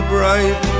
Bright